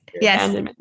yes